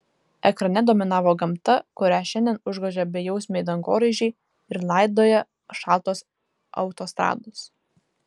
ekrane dominavo gamta kurią šiandien užgožia bejausmiai dangoraižiai ir laidoja šaltos autostrados